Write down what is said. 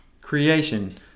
creation